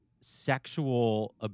sexual